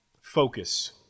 focus